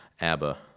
Abba